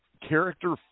character